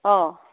অঁ